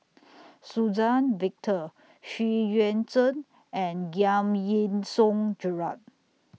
Suzann Victor Xu Yuan Zhen and Giam Yean Song Gerald